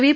V